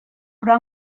però